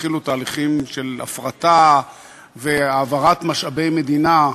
כשהתחילו תהליכים של הפרטה והעברת משאבי מדינה,